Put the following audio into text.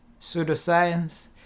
pseudoscience